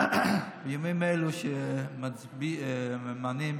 בימים אלו שממנים